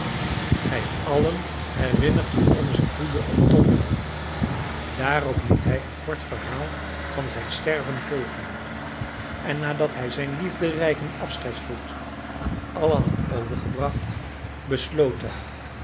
gij allen herinnert u onzen goeden oom tom wel daarop liet hij een kort verhaal van zijn sterven volgen en nadat hij zijn liefderijken afscheidsgroet aan allen had overgebracht besloot hij